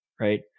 right